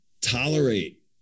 tolerate